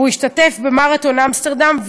והוא השתתף במרתון אמסטרדם,